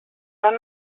van